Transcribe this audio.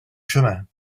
chemins